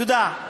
תודה.